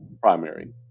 primary